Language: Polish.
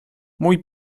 mój